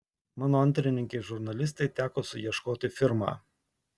mano antrininkei žurnalistei teko suieškoti firmą